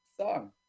song